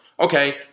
Okay